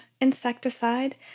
insecticide